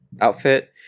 outfit